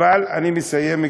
אני מסיים,